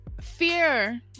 fear